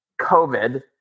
COVID